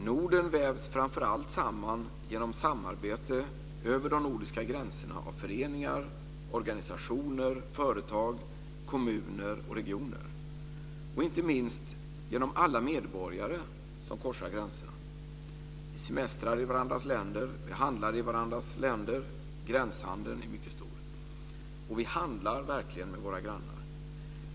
Norden vävs framför allt samman genom samarbete över de nordiska gränserna av föreningar, organisationer, företag, kommuner och regioner och inte minst genom alla medborgare som korsar gränserna. Vi semestrar i varandras länder. Vi handlar i varandras länder. Gränshandeln är mycket stor. Vi handlar verkligen med våra grannar.